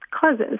causes